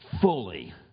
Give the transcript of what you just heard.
fully